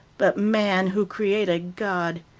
but man who created god.